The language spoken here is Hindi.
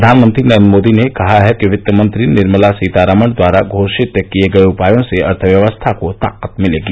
प्रधानमंत्री नरेन्द्र मोदी ने कहा है कि पित्त मंत्री निर्मला सीतारमण द्वारा घोषित किए गए उपायों से अर्थव्यवस्था को ताकत मिलेगी